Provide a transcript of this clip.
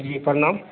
जी प्रणाम